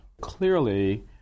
Clearly